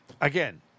again